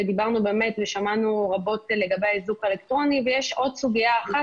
דיברנו ושמענו רבות לגבי האיזוק האלקטרוני אבל יש עוד סוגיה אחת